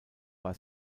war